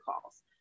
calls